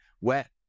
wet